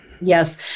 Yes